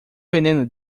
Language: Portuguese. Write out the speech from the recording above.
veneno